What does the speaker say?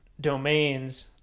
domains